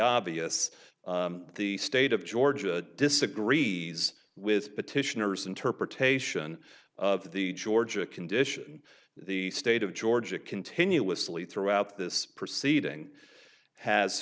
obvious the state of georgia disagrees with petitioners interpretation of the georgia condition the state of georgia continuously throughout this proceeding has